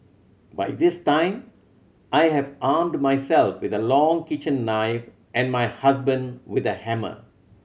by this time I have armed myself with a long kitchen knife and my husband with a hammer